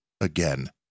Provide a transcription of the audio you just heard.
again